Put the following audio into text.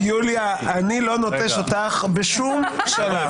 יוליה, אני לא נוטש אותך בשום שלב...